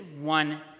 one